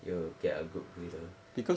you will get a good breather